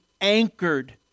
anchored